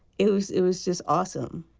it was it was just awesome.